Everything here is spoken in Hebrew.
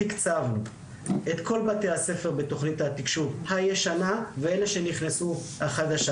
תקצבנו את כל בתי הספר בתוכנית התקשוב הישנה ואלה שנכנסו החדשה,